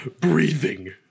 breathing